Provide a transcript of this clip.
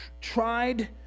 tried